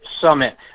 Summit